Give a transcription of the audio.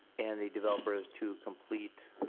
and the developer is to complete,